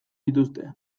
dituzte